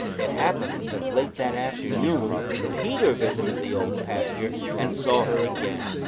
it happened that late that afternoon peter visited the old pasture and saw her again.